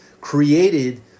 created